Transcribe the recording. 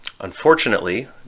Unfortunately